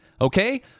okay